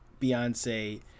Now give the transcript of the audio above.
Beyonce